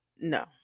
no